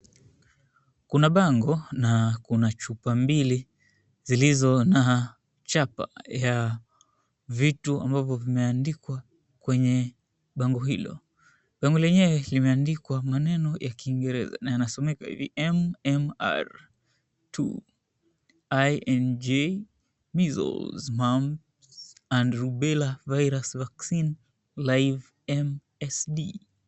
Kuna bango na kuna chupa mbili zilizo na chapa ya vitu ambavyo vimeandikwa kwenye bango hilo. Bango lenyewe limeandikwa maneno ya kiingereza na yanasomeka hivi, MMR 2 INJ Measles, Mumps and Rubella Virus Vaccine Live MSD.